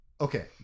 Okay